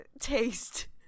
taste